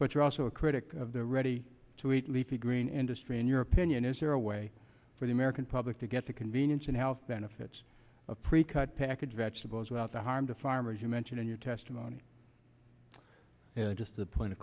but you're also a critic of the ready to eat leafy green industry in your opinion is there a way for the in public to get the convenience and health benefits of precut package vegetables without the harm to farmers you mentioned in your testimony just a point of